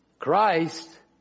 Christ